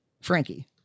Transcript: Frankie